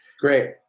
Great